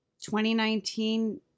2019